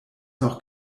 noch